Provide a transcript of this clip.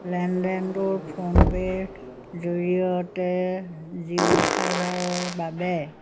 লেনদেনটোৰ ফোনপেৰ জৰিয়তে জিঅ' ফাইবাৰৰ বাবে